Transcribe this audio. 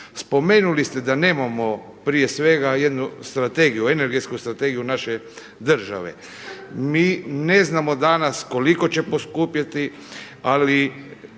Spomenuli ste da nemamo prije svega jednu energetsku strategiju naše države. Mi ne znamo danas koliko će poskupjeti, ali